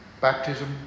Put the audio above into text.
baptism